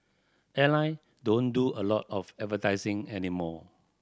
airline don't do a lot of advertising anymore